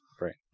Right